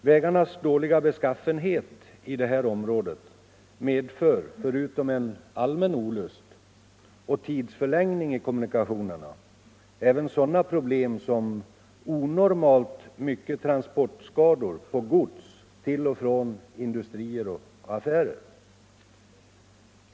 Vägarnas dåliga beskaffenhet i det här området medför förutom en allmän olust och tidsförlängning i kommunikationerna även sådana problem som onormalt mycket transportskador på gods till och från industrier och affärer.